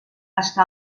està